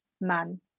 Man